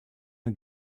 are